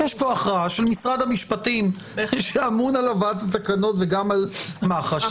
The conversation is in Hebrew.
יש פה הכרעה של משרד המשפטים שאמון על הבאת התקנות וגם על מח"ש.